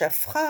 שהפכה